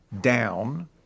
down